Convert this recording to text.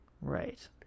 Right